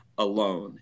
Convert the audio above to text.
alone